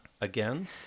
again